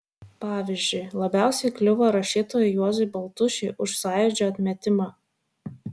pavyzdžiui labiausiai kliuvo rašytojui juozui baltušiui už sąjūdžio atmetimą